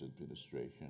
administration